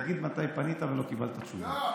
תגיד מתי פנית ולא קיבלת תשובה.